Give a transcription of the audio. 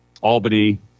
Albany